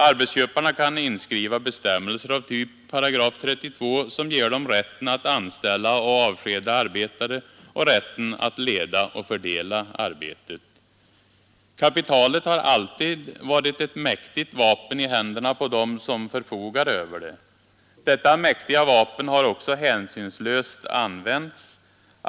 Arbetsköparna kan inskriva bestämmelser av typ § 32, som ger dem rätten att anställa och avskeda arbetare och rätten att leda och fördela arbetet. Kapitalet har alltid varit ett mäktigt vapen i händerna på dem som förfogat över det. Detta mäktiga vapen har också hänsynslöst använts.